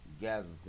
gathered